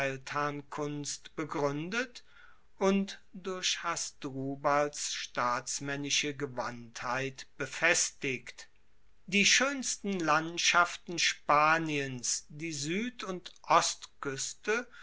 feldherrnkunst begruendet und durch hasdrubals staatsmaennische gewandtheit befestigt die schoensten landschaften spaniens die sued und ostkueste